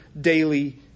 daily